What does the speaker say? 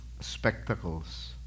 spectacles